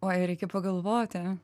oi reikia pagalvoti